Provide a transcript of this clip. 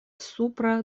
supra